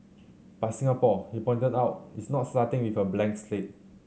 but Singapore he pointed out is not starting with a blank slate